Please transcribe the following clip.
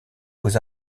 aux